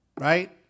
Right